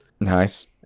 Nice